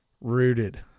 rooted